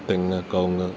തെങ്ങ് കവുങ്ങ്